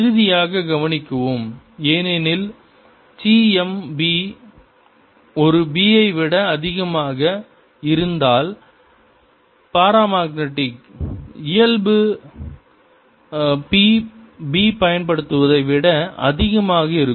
இறுதியாக கவனிக்கவும் ஏனெனில் சி m ஒரு b ஐ விட அதிகமாக இருந்தால் பரமக்நெடிக் இயல்பு b பயன்படுத்தப்படுவதை விட அதிகமாக இருக்கும்